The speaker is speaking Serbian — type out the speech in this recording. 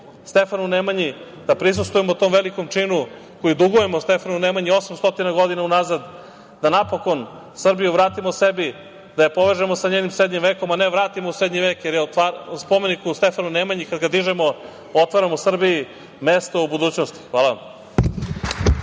Stefanu Nemanji, da prisustvujemo tom velikom činu koji dugujemo Stefanu Nemanji 800 godina unazad, da napokon Srbiju vratimo sebi, da je povežemo sa njenim srednjim vekom, a ne vratimo u srednji vek, jer je spomenik Stefanu Nemanji, kad ga dižemo, otvaramo Srbiji mesto u budućnosti. Hvala.